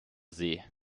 see